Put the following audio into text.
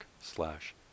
slash